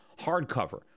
hardcover